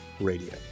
Radio